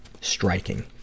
striking